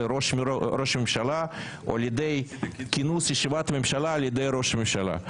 ראש הממשלה או על ידי כינוס ישיבת ממשלה על ידי ראש הממשלה.